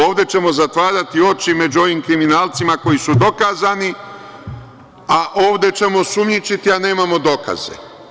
Ovde ćemo zatvarati oči među ovim kriminalcima koji su dokazani, a ovde ćemo sumnjičiti, a nemamo dokaze.